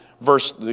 Verse